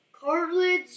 Cartilage